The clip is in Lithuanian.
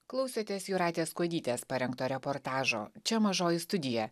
klausėtės jūratės kuodytės parengto reportažo čia mažoji studija